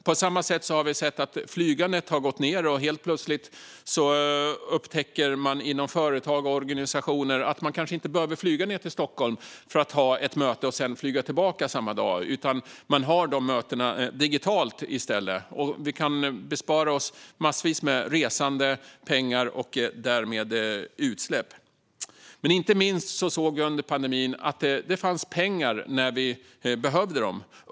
På samma sätt har vi sett att flygandet har minskat, och helt plötsligt upptäcker man inom företag och organisationer att man kanske inte behöver flyga ned till Stockholm för att ha ett möte och sedan flyga tillbaka samma dag. Man har i stället dessa möten digitalt. Vi kan då bespara oss massvis med resande, spara pengar och därmed minska utsläppen. Men inte minst såg vi under pandemin att det fanns pengar när vi behövde dem.